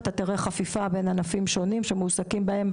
אתה תראה חפיפה בין ענפים שונים שמועסקים בהם.